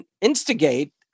instigate